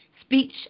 speech